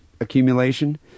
accumulation